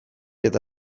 eta